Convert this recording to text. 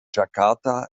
jakarta